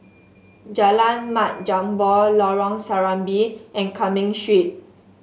Jalan Mat Jambol Lorong Serambi and Cumming Street